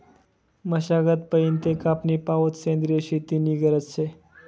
मशागत पयीन ते कापनी पावोत सेंद्रिय शेती नी गरज शे